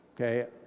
Okay